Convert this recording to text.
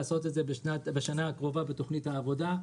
לעשות את זה בשנה הקרובה בתוכנית העבודה,